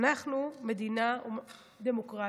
אנחנו מדינה דמוקרטית,